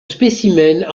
spécimens